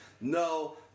No